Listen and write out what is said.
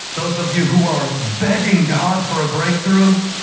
those of you who are begging god for a breakthrough,